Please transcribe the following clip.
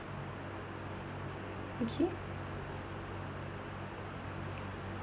okay